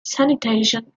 sanitation